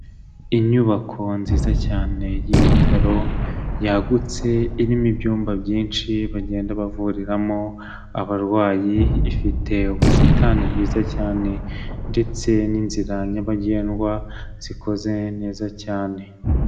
Inyubako nziza cyane y'ibitaro, yagutse, irimo ibyumba byinshi bagenda bavuriramo abarwayi, ifite ubusitani bwiza cyane ndetse n'inzira nyabagendwa zikoze neza cyane.